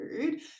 food